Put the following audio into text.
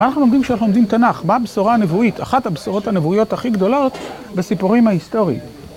מה אנחנו לומדים כשאנחנו לומדים תנ״ך? מה הבשורה הנבואית, אחת הבשורות הנבואיות הכי גדולות בסיפורים ההיסטוריים.